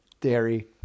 dairy